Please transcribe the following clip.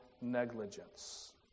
negligence